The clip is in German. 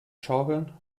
schaukeln